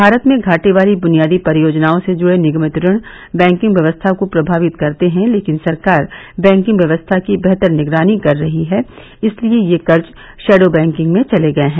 भारत में घाटे वाली बुनियादी परियोजनाओं से जुड़े निगमित ऋण बैंकिंग व्यवस्था को प्रभावित करते हैं लेकिन सरकार बैंकिंग व्यवस्था की बेहतर निगरानी कर रही हैं इसलिए ये कर्ज शैडो बैंकिंग में चले गए हैं